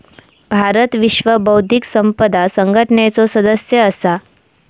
भारत विश्व बौध्दिक संपदा संघटनेचो सदस्य असा